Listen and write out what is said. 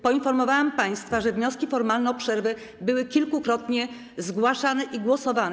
Poinformowałam państwa, że wnioski formalne o przerwę były kilkukrotnie zgłaszane i głosowane.